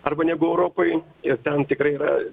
arba negu europoj ir ten tikrai yra